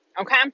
okay